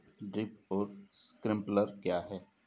Drip और sprinkler क्या हैं?